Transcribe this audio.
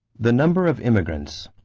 the number of immigrants.